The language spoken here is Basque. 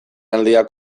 aldia